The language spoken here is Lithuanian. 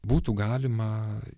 būtų galima